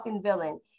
villain